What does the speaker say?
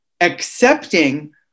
accepting